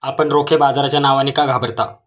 आपण रोखे बाजाराच्या नावाने का घाबरता?